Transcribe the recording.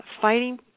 fighting